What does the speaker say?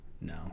no